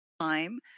time